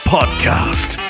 Podcast